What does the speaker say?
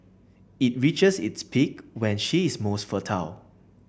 it reaches its peak when she is most fertile